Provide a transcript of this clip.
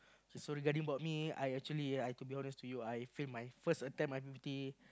so regarding about me I actually I to be honest to you I failed my first attempt I_P_P_T